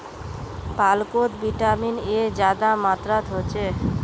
पालकोत vitamin A ज्यादा मात्रात होछे